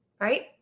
Right